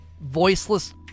voiceless